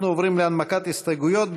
חברי הכנסת, אנחנו עוברים להנמקת הסתייגויות.